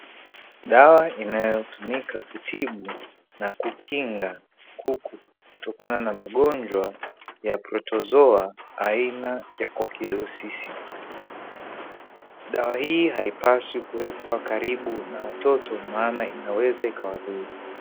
Dawa inayotumika kutibu na kukinga kuku kutokana na magonjwa ya Protozoa, aina ya 'kokidosis' dawa hii haipaswi kuwekwa karibu na watoto maana inaweza ikawadhuru.